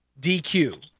DQ